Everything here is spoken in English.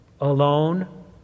alone